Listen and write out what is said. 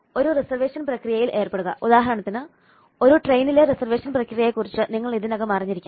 ഒരു റിസർവേഷൻ പ്രക്രിയയിൽ ഏർപ്പെടുക ഉദാഹരണത്തിന് ഒരു ട്രെയിനിലെ റിസർവേഷൻ പ്രക്രിയയെക്കുറിച്ച് നിങ്ങൾ ഇതിനകം അറിഞ്ഞിരിക്കാം